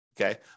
okay